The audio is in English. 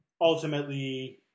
ultimately